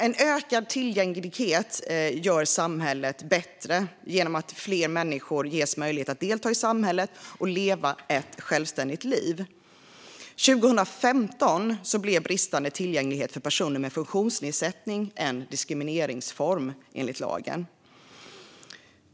En ökad tillgänglighet gör samhället bättre genom att fler människor ges möjlighet att delta i samhället och leva ett självständigt liv. År 2015 blev bristande tillgänglighet för personer med funktionsnedsättning en diskrimineringsform enligt lagen.